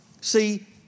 See